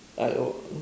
I oh